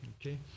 okay